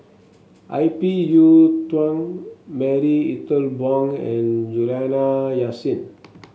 I P Yiu Tung Marie Ethel Bong and Juliana Yasin